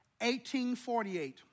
1848